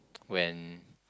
when